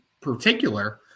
particular